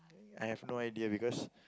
I have no idea because